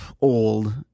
old